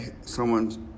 someone's